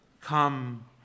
come